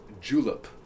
julep